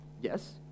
Yes